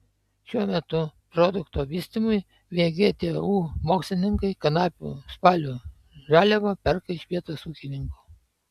šiuo metu produkto vystymui vgtu mokslininkai kanapių spalių žaliavą perka iš vietos ūkininkų